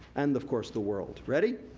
and, of course, the world. ready?